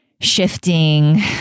shifting